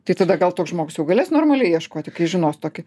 tai tada gal toks žmogus jau galės normaliai ieškoti kai žinos tokį